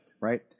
Right